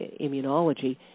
immunology